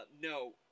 No